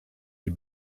die